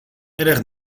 erg